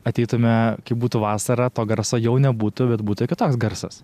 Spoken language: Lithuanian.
ateitume kai būtų vasara to garso jau nebūtų bet būtų kitoks garsas